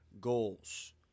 goals